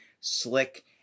slick